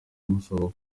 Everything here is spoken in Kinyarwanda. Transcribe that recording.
musaba